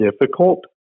difficult